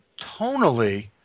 tonally